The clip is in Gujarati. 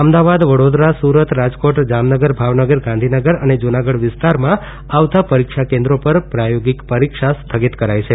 અમદાવાદ વડોદરા સુરત રાજકોટ જામનગર ભાવનગર ગાંધીનગર અને જુનાગઢ વિસ્તારમાં આવતા પરીક્ષા કેન્દ્રો પર પ્રાયોગિક પરીક્ષા સ્થગિત રખાઇ છે